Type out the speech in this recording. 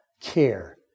care